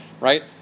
right